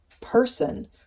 person